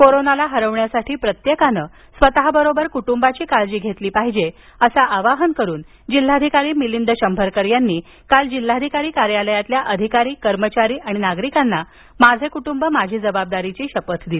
कोरोनाला हरवण्यासाठी प्रत्येकानं स्वतबरोबर कुटुबाची काळजी घेतली पाहिजे असं आवाहन करून जिल्हाधिकारी मिलिंद शंभरकर यांनी काल जिल्हाधिकारी कार्यालयातील अधिकारी कर्मचारी नागरिकांना माझे कुटुंब माझी जबाबदारीची शपथ दिली